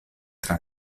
tra